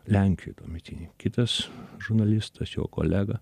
lenkijoj tuometinėj kitas žurnalistas jo kolega